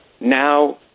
now